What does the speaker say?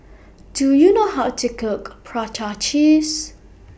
Do YOU know How to Cook Prata Cheese